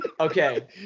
Okay